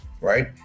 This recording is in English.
right